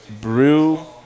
Brew